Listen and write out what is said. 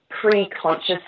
pre-conscious